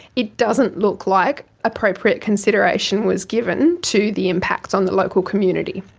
it doesn't look like appropriate consideration was given to the impacts on the local community.